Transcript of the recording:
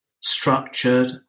structured